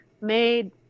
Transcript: made